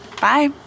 Bye